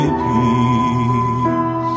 peace